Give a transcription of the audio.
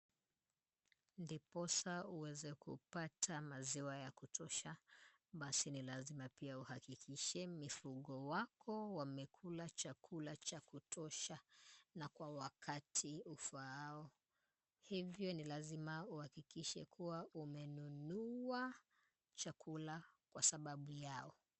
Ndiposa uweze kupata maziwa ya kutosha, basi ni lazima pia uhakikishe mifugo wako wamekula chakula cha kutosha, na kwa wakati ufaao. Hivyo ni lazima uhakikishe kuwa umenunua chakula kwa sababu yao.